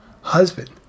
husband